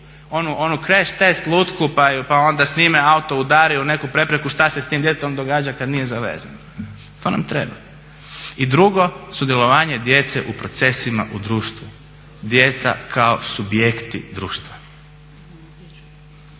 onu kreš test lutku pa onda snime auto udari u neku prepreku što se s tim djetetom događa kad nije zavezano. To nam treba. I drugo, sudjelovanje djece u procesima u društvu, djeca kao subjekti društva.